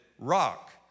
rock